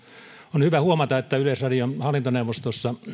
on hyvä huomata että yleisradion hallintoneuvostossa